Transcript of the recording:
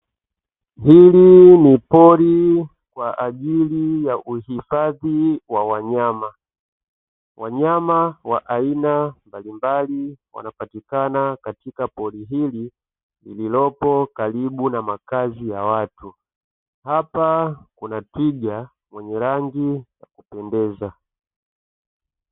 Hili ni pori kwa ajili ya uhifadhi wa wanyama, wanyama wa aina mbalimbali wanapatikana katika pori hili lililokaribu na makazi ya watu, hapa kuna twiga mwenye rangi ya kupendeza.